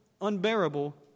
unbearable